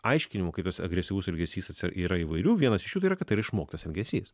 aiškinimų kaip tas agresyvus elgesys yra įvairių vienas iš jų tai yra kad tai yra išmoktas elgesys